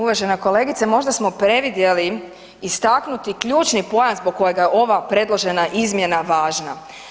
Uvažena kolegice, možda smo predvidjeli istaknuti ključni pojam zbog kojega je ova predložena izmjena važna.